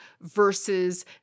versus